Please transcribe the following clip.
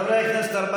חברי הכנסת,